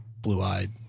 blue-eyed